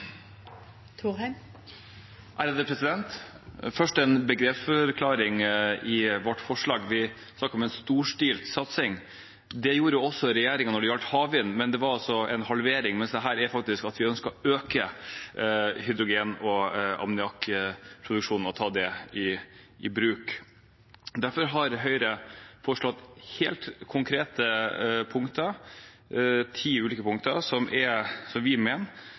Først en begrepsforklaring til vårt forslag. Vi snakker om «en storstilt satsing». Det gjorde også regjeringen når det gjaldt havvind, men det var altså en halvering, mens dette faktisk innebærer at vi ønsker å øke hydrogen- og ammoniakkproduksjonen og ta det i bruk. Derfor har Høyre foreslått helt konkrete punkter, ti ulike punkter, som vi mener vil gjøre at vi